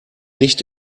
nicht